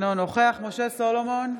אינו נוכח משה סולומון,